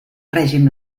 règim